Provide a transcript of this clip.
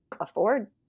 afford